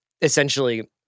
essentially